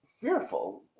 fearful